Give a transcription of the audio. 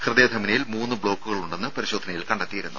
ഹൃദയ ധമനിയിൽ മൂന്ന് ബ്ലോക്കുകൾ ഉണ്ടെന്ന് പരിശോധനയിൽ കണ്ടെത്തിയിരുന്നു